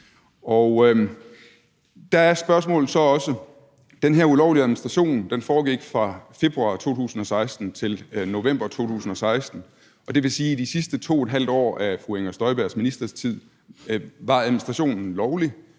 ministeren jo fået at vide . Den her ulovlige administration foregik fra februar 2016 til november 2016, og det vil sige, at i de sidste 2½ år af fru Inger Støjbergs ministertid var administrationen lovlig,